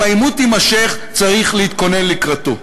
אם העימות יימשך, צריך להתכונן לקראתו.